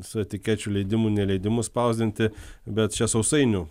su etikečių leidimu neleidimu spausdinti bet čia sausainių